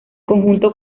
conjunto